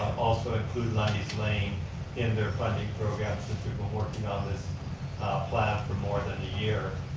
also include lundy's lane in their funding program since we've been working on this plan for more than a year.